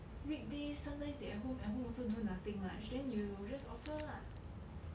weekdays sometimes they at home at home also do nothing much then you just offer lah